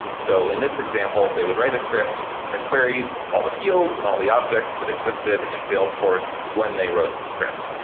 so in this example, they would write a script that queries all the fields and all the objects that existed in salesforce when they wrote the script.